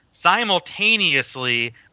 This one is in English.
simultaneously